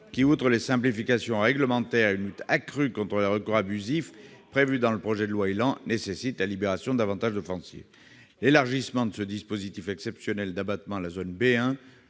qui, outre des simplifications réglementaires et une lutte accrue contre les recours abusifs prévus dans le projet de loi ÉLAN, nécessite la libération de plus de foncier. L'élargissement de ce dispositif exceptionnel d'abattement à la zone B1,